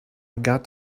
got